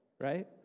right